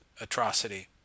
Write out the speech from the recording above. atrocity